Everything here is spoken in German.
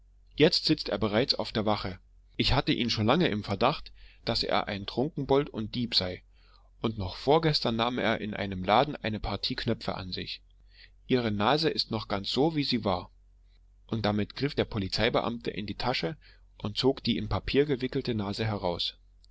jetzt sitzt er bereits auf der wache ich hatte ihn schon lange im verdacht daß er ein trunkenbold und dieb sei und noch vorgestern nahm er in einem laden eine partie knöpfe an sich ihre nase ist noch ganz so wie sie war und damit griff der polizeibeamte in die tasche und zog die in papier gewickelte nase heraus